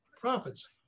profits